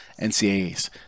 NCAAs